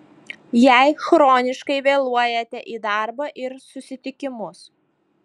jei chroniškai vėluojate į darbą ir susitikimus